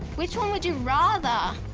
which one would you rather?